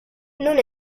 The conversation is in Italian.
non